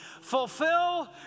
fulfill